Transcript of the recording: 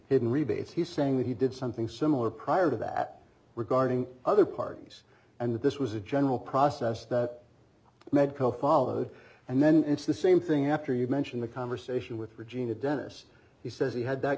rebates he's saying that he did something similar prior to that regarding other parties and that this was a general process that medco followed and then it's the same thing after you mentioned the conversation with regina dennis he says he had that